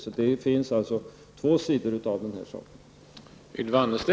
Det finns alltså två sidor av den här saken.